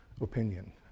opinion